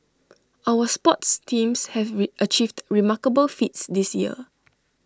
our sports teams have achieved remarkable feats this year